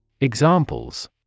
Examples